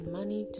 money